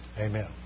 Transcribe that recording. Amen